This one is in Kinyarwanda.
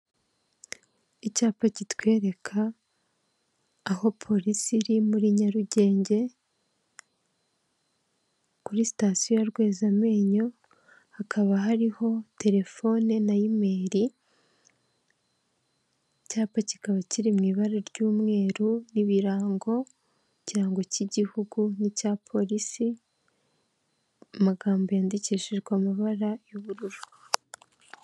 Icyapa kitwereka aho polisi iri muri Nyarugenge kuri sitasiyo ya Rwezamenyo hakaba hariho telefone na imeri icyapa kikaba kiri mu ibara ry'umweru n'ibirango ikirango cy'igihugu n'icya polisi n'amagambo yandikishijwe amabara y'ubururu .